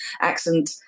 accent